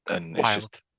Wild